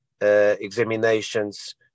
examinations